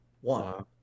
One